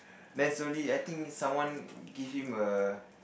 then slowly I think someone give him err